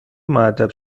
مودب